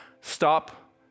Stop